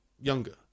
younger